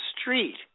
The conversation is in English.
street